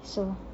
so